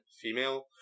female